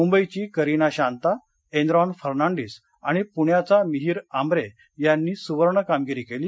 मुंबईची Kareena Shanta Aaron Fernandes आणि प्ण्याचा मिहीर आंम्त्रे यांनी सुवर्ण कामगिरी केली